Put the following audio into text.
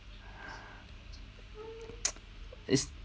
it's